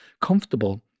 comfortable